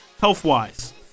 health-wise